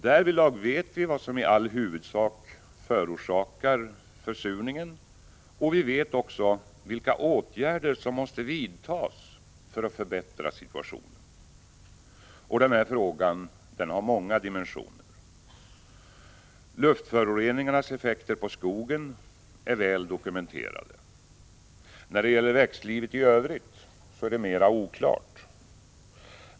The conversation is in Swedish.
Därvidlag vet vi vad som i all huvudsak förorsakar försurningen, och vi vet också vilka åtgärder som måste vidtas för att förbättra situationen. Den här frågan har många dimensioner. Luftföroreningarnas effekter på skogen är väl dokumenterade. När det gäller växtlivet i övrigt är förhållandena mer oklara.